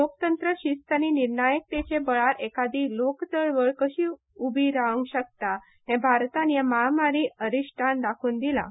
लोकतंत्र शिस्त आनी निर्णयाकतेच्या बळार एखादी लोक चळवळ कशी उबी जावंक शकता हें भारतान हे महामारीचे अरिश्टांत दाखोवन दिलां